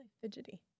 Fidgety